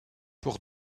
pour